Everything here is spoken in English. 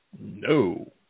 No